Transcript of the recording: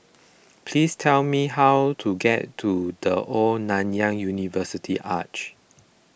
please tell me how to get to the Old Nanyang University Arch